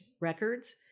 records